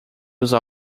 usar